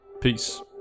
Peace